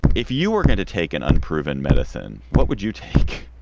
if you are going to take an unproven medicine. what would you take?